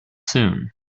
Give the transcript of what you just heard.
soon